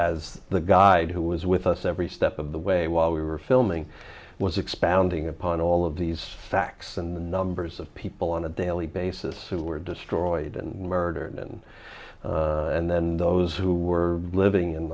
as the guy who was with us every step of the way while we were filming was expounding upon all of these facts and numbers of people on a daily basis were destroyed and murdered and and then those who were living